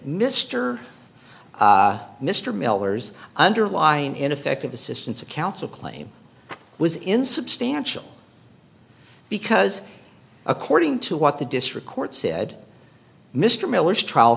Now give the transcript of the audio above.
mister mr miller's underlying ineffective assistance of counsel claim was insubstantial because according to what the district court said mr miller's trial